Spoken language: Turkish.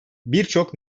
birçok